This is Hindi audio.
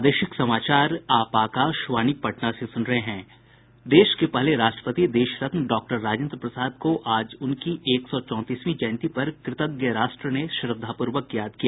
देश के पहले राष्ट्रपति देशरत्न डॉक्टर राजेन्द्र प्रसाद को आज उनकी एक सौ चौंतीसवीं जयन्ती पर कृतज्ञ राष्ट्र ने श्रद्धापूर्वक याद किया